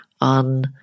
on